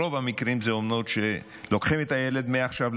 ברוב המקרים אלה אומנות שלוקחים את הילד מעכשיו לעכשיו,